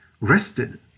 rested